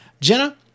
Jenna